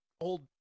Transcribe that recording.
old